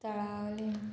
तळावलीं